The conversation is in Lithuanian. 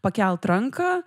pakelt ranką